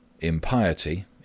Impiety